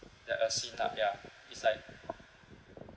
that I've seen lah ya it's like